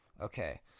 Okay